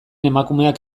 emakumeak